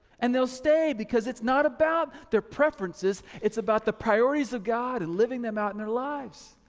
and they'll stay because it's not about their preferences it's about the priorities of god and living them out in their lives.